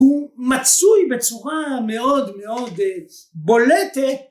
הוא מצוי בצורה מאוד מאוד בולטת